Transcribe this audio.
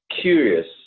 curious